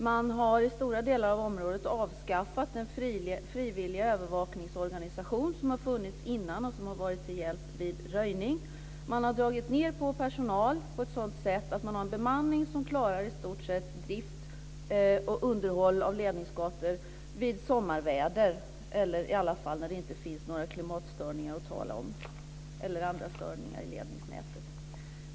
Man har i stora delar av området avskaffat den frivilliga övervakningsorganisation som har funnits innan och som har varit till hjälp vid röjning. Man har dragit ned på personal på ett sådant sätt att man har en bemanning som klarar i stort sett drift och underhåll av ledningsgator vid sommarväder eller i alla fall när det inte finns några klimatstörningar att tala om eller andra störningar i ledningsnätet.